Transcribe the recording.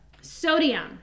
sodium